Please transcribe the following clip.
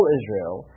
Israel